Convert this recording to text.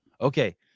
Okay